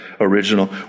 original